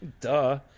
duh